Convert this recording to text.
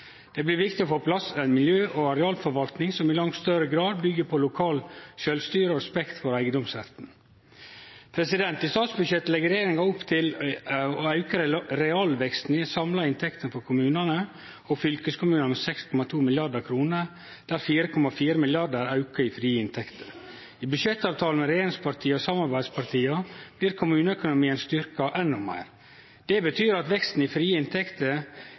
Det blir viktig å få på plass ei miljø- og arealforvaltning som i langt større grad byggjer på lokalt sjølvstyre og respekt for eigedomsretten. I statsbudsjettet legg regjeringa opp til å auke realveksten i dei samla inntektene for kommunar og fylkeskommunar med 6,2 mrd. kr, der 4,4 mrd. kr er auke i frie inntekter. I budsjettavtalen mellom regjeringspartia og samarbeidspartia blir kommuneøkonomien styrkt endå meir. Det betyr at veksten i frie inntekter